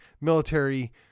military